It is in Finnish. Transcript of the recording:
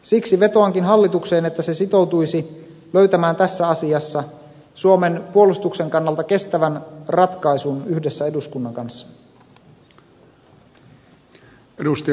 siksi vetoankin hallitukseen että se sitoutuisi löytämään tässä asiassa suomen puolustuksen kannalta kestävän ratkaisun yhdessä eduskunnan kanssa